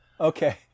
Okay